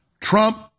Trump